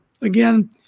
again